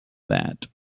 that